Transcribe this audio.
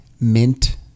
mint